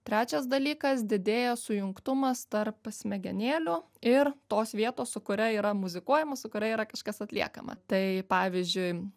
trečias dalykas didėja sujungtumas tarp smegenėlių ir tos vietos su kuria yra muzikuojama su kuria yra kažkas atliekama tai pavyzdžiui